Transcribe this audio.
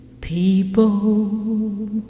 People